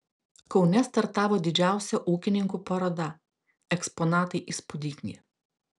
kaune startavo didžiausia ūkininkų paroda eksponatai įspūdingi